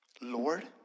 Lord